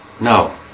No